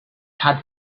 had